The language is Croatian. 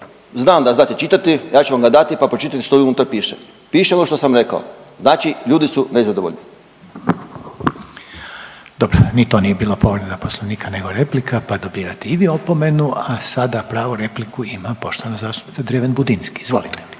Znam da znate čitati, ja ću vam ga dati, pa pročitajte što unutra piše. Piše ono što sam rekao, znači ljudi su nezadovoljni. **Reiner, Željko (HDZ)** Dobro. Ni to nije bila povreda Poslovnika nego replika, pa dobivate i vi opomenu a sada pravu repliku ima poštovana zastupnica Dreven Budinski. Izvolite.